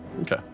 Okay